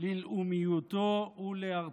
ללאומיותו ולארצו.